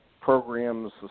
Programs